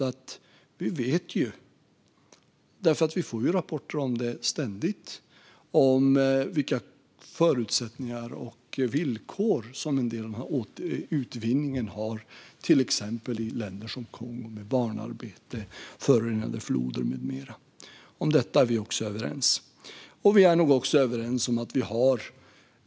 Men vi vet också, eftersom vi ständigt får rapporter om det, vilka förutsättningar och villkor som finns när det gäller en del av den här utvinningen i till exempel länder som Kongo. Det är barnarbete, förorenade floder med mera. Om detta är vi överens.